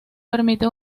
permite